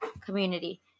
community